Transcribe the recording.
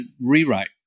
rewrite